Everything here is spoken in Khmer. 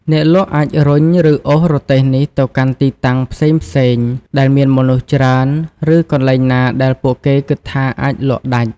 អ្នកលក់អាចរុញ ឬអូសរទេះនេះទៅកាន់ទីតាំងផ្សេងៗ ដែលមានមនុស្សច្រើន ឬកន្លែងណាដែលពួកគេគិតថាអាចលក់ដាច់។